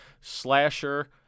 slasher